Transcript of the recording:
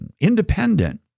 independent